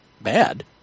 bad